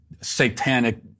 satanic